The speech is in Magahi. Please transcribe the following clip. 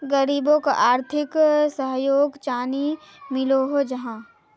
गरीबोक आर्थिक सहयोग चानी मिलोहो जाहा?